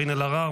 קארין אלהרר,